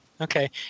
Okay